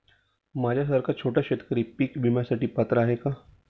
माझ्यासारखा छोटा शेतकरी पीक विम्यासाठी पात्र आहे का?